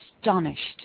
astonished